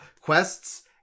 quests